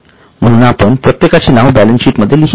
म्हणून आपण प्रत्येकाचे नाव बॅलन्सशीट मध्ये लिहीत नाही